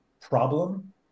problem